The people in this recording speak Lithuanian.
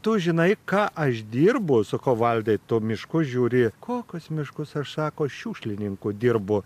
tu žinai ką aš dirbu sakau valdai tu miškus žiūri kokius miškus aš sako šiukšlininku dirbu